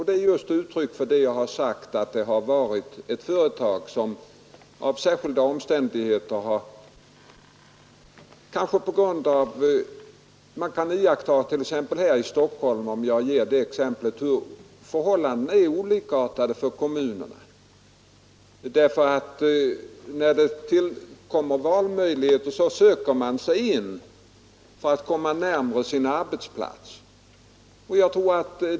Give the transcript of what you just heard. Detta beror bl.a. på att människor när det uppkommer valmöjligheter — såsom fallet varit t.ex. i Stockholmsregionen — bosätter sig närmare sin arbetsplats.